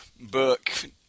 book